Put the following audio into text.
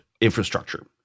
infrastructure